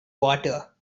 water